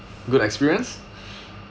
good experience